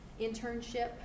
internship